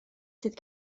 sydd